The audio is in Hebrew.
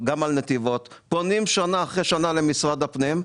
וגם נתיבות פונות שנה אחר שנה למשרד הפנים,